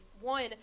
One –